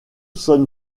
sonne